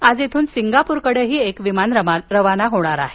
आज इथून सिंगापूरकडेही एक विमान रवाना होणार आहे